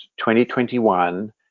2021